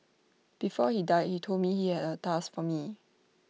before he died he told me he had A task for me